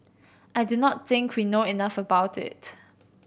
I do not think we know enough about it